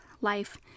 life